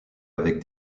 avec